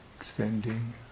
extending